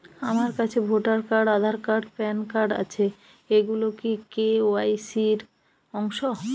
আমার কাছে voter card Aadhaar card PAN card আছে এগুলো কি কে.ওয়াই.সি র অংশ?